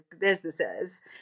businesses